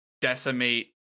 decimate